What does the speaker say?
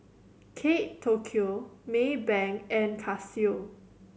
Kate Tokyo Maybank and Casio